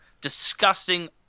disgusting